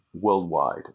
worldwide